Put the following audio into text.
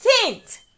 tint